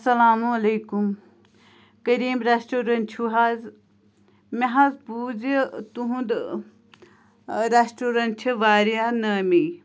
اسَلامُ علیکُم کریٖم ریسٹورنٛٹ چھُو حظ مےٚ حظ بوٗزِ تُہنٛد ریسٹورَنٹ چھِ واریاہ نٲمی